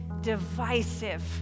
divisive